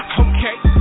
okay